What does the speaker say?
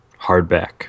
hardback